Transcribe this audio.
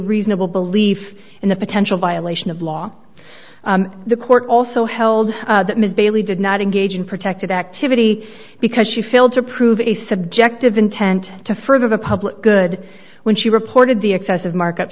reasonable belief in the potential violation of law the court also held that ms bailey did not engage in protected activity because she failed to prove a subjective intent to further the public good when she reported the excessive markup